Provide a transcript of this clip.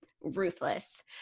Ruthless